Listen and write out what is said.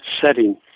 setting